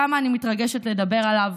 כמה אני מתרגשת לדבר עליו.